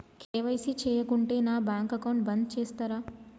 KYC చేయకుంటే నా bank account బంద్ చేస్తరా?